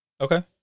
Okay